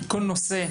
כל נושא,